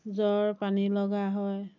জ্বৰ পানী লগা হয়